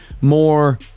more